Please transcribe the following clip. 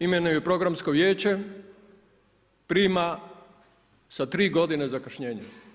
imenuje i programsko vijeće, prima sa 3 g. zakašnjenja.